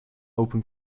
open